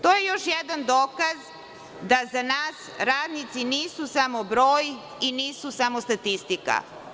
To je još jedan dokaz da za nas radnici nisu samo broj i nisu samo statistika.